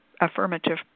affirmative